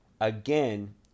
again